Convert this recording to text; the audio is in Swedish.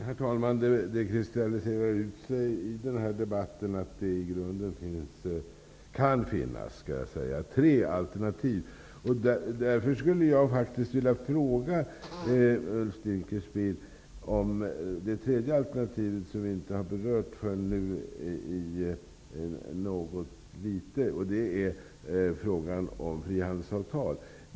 Herr talman! I den här debatten kristalliserar det ut sig att det i grund och botten kan finnas tre alternativ. Jag skulle vilja fråga Ulf Dinkelspiel om det tredje alternativet som vi inte har berört förrän nu. Det är frågan om frihandelsavtal.